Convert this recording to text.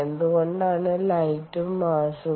എന്തുകൊണ്ടാണ് ലൈറ്റും മാസ്സും